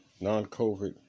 Non-COVID